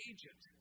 Egypt